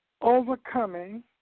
Overcoming